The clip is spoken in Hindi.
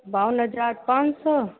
बावन हज़ार पाँच सौ